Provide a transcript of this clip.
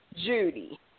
Judy